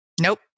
nope